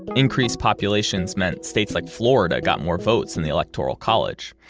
increased populations meant states like florida got more votes in the electoral college,